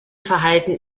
verhalten